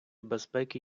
безпеки